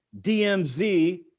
DMZ